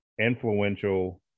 influential